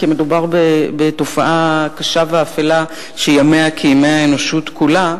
כי מדובר בתופעה קשה ואפלה שימיה כימי האנושות כולה.